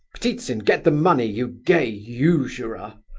ptitsin, get the money, you gay usurer!